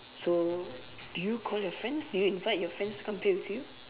so do you call your friends do you invite your friends to come play with you